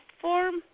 form